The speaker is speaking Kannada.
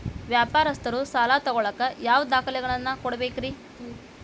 ವ್ಯಾಪಾರಸ್ಥರು ಸಾಲ ತಗೋಳಾಕ್ ಯಾವ ದಾಖಲೆಗಳನ್ನ ಕೊಡಬೇಕ್ರಿ?